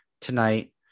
tonight